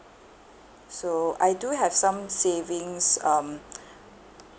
so I do have some savings um